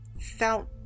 felt